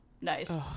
Nice